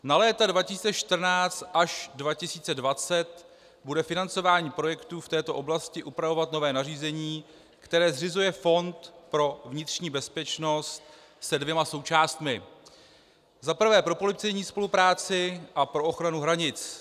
Na léta 2014 až 2020 bude financování projektu v této oblasti upravovat nové nařízení, které zřizuje Fond pro vnitřní bezpečnost se dvěma součástmi, za prvé pro policejní spolupráci a pro ochranu hranic.